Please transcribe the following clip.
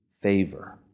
favor